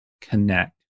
Connect